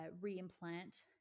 re-implant